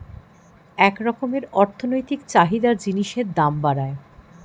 এক রকমের অর্থনৈতিক চাহিদা জিনিসের দাম বাড়ায়